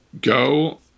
Go